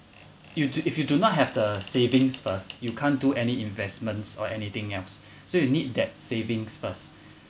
you do if you do not have the savings first you can't do any investments or anything else so you need that savings first